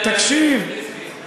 תקשיב,